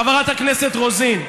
חברת הכנסת רוזין,